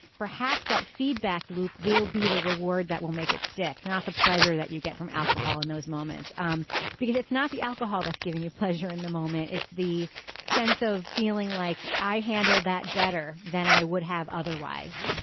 perhaps that feedback loop will be the reward that will make it stick. not the pleasure that you get from alcohol in those moments um because it's not the alcohol that's giving you pleasure in the moment. it's the sense of feeling like i handle that better than i would have otherwise.